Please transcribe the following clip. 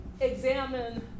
examine